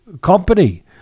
company